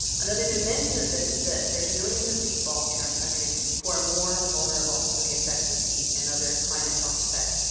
another dimension of this is that there's millions of people in our country who are more vulnerable to the effects of heat and other climate health effects.